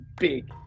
big